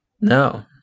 No